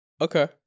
Okay